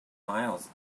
miles